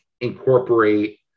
incorporate